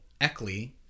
Eckley